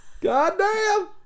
Goddamn